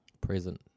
present